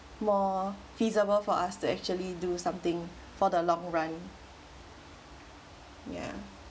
more feasible for us to actually do something for the long run yeah